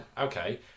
okay